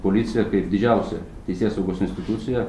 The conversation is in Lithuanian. policija kaip didžiausia teisėsaugos institucija